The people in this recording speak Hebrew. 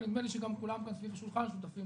ונדמה לי שגם כולם כאן סביב השולחן שותפים